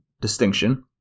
distinction